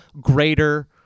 greater